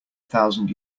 thousand